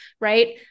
right